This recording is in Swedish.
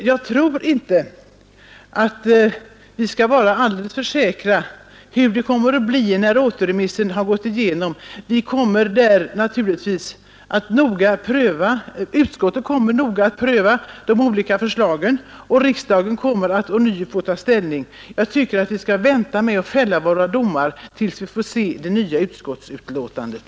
Jag tror inte vi bör vara alltför säkra på hur det kommer att bli när återremissen gått igenom. Utskottet kommer naturligtvis att noga pröva de olika förslagen, och riksdagen kommer att ånyo få ta ställning. Jag tycker vi skall vänta med att fälla våra domar tills vi får se det nya utskottsbetänkandet.